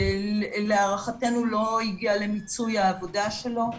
שלהערכתנו לא הגיע למיצוי העבודה שלו.